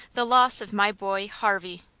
the loss of my boy, harvey.